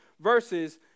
verses